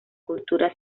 cultura